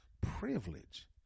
privilege